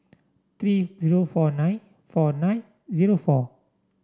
three zero four nine four nine zero four